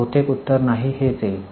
बहुतेक उत्तर 'नाही' हेच येईल